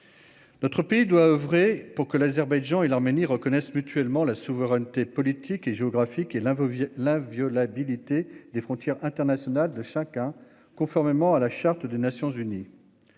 Notre pays doit oeuvrer à ce que l'Azerbaïdjan et l'Arménie reconnaissent mutuellement la souveraineté politique et géographique, ainsi que l'inviolabilité des frontières internationales de chacun, conformément à la Charte des Nations unies.